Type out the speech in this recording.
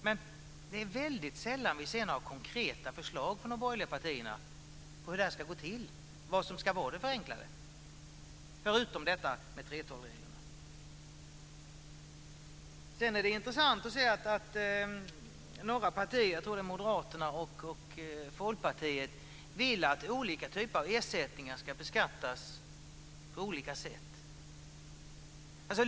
Men det är väldigt sällan vi ser några konkreta förslag från de borgerliga partierna på hur det här ska gå till, vad som ska vara det förenklade, förutom tanken bakom 3:12-reglerna. Sedan är det intressant att se att några partier - jag tror att det är Moderaterna och Folkpartiet - vill att olika typer av ersättningar ska beskattas på olika sätt.